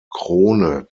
krone